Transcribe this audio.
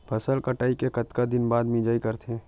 फसल कटाई के कतका दिन बाद मिजाई करथे?